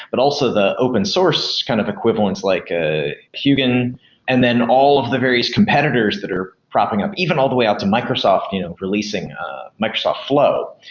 but also the open-source kind of equivalence, like ah hugin, and then all of the various competitors that are propping up, even all the way up to microsoft you know releasing microsoft flow.